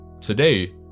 Today